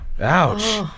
Ouch